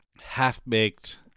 half-baked